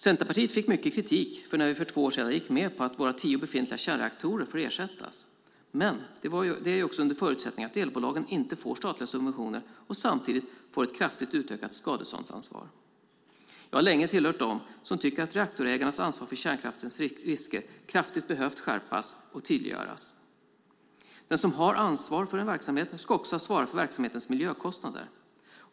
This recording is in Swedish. Centerpartiet fick mycket kritik när vi för två år sedan gick med på att våra tio befintliga kärnreaktorer får ersättas, men det är också under förutsättning att elbolagen inte får statliga subventioner och samtidigt får ett kraftigt utökat skadeståndsansvar. Jag har länge tillhört dem som tycker att reaktorägarnas ansvar för kärnkraftens risker kraftigt behövt skärpas och tydliggöras. Den som har ansvar för en verksamhet ska också svara för verksamhetens miljökostnader.